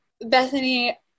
Bethany